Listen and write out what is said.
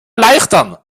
erleichtern